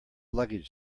luggage